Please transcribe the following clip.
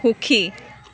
সুখী